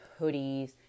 hoodies